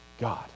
God